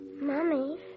Mommy